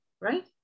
right